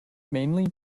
mainly